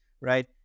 right